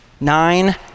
nine